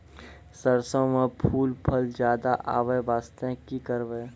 सरसों म फूल फल ज्यादा आबै बास्ते कि करबै?